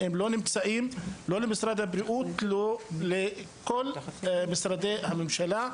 הם לא קיימים מבחינת משרד הבריאות ושאר משרדי הממשלה.